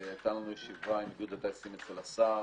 הייתה לנו ישיבה עם איגוד הטייסים אצל השר,